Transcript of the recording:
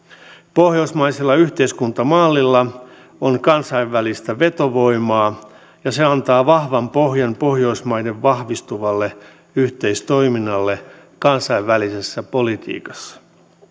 pohjoismaisella yhteiskuntamallilla on kansainvälistä vetovoimaa ja se antaa vahvan pohjan pohjoismaiden vahvistuvalle yhteistoiminnalle kansainvälisessä politiikassa